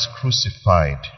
crucified